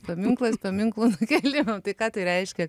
paminklas paminklų nukėlimam tai ką tai reiškia